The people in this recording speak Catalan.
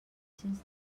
gens